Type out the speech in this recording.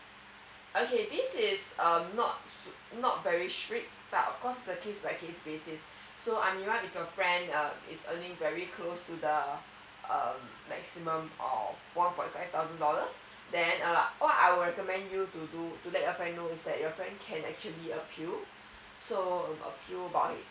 okay this is um not not very strict but of course it's case by case basis so amira if your friend is earning very close to the uh maximum of one point five thousand dollars then uh what I will recommend you to do to let your friend know is that your friend can actually appeal uh so appeal by